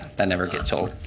but never gets old.